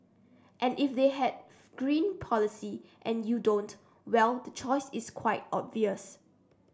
and if they have green policy and you don't well the choice is quite obvious